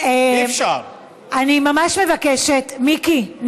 אני ממש מבקשת, מיקי.